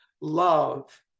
love